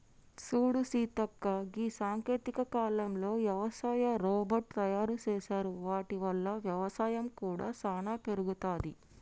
సూడు సీతక్క గీ సాంకేతిక కాలంలో యవసాయ రోబోట్ తయారు సేసారు వాటి వల్ల వ్యవసాయం కూడా సానా పెరుగుతది